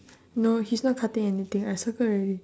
no he's not cutting anything I circle already